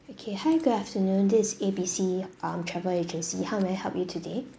okay hi good afternoon this A B C um travel agency how may I help you today